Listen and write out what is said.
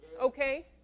Okay